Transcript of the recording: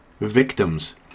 victims